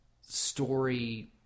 story